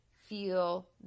feel